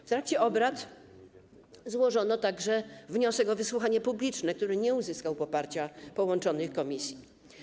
W trakcie obrad złożono także wniosek o wysłuchanie publiczne, który nie uzyskał poparcia połączonych komisji.